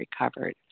recovered